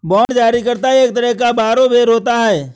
bond जारी करता एक तरह का बारोवेर होता है